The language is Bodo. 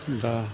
दा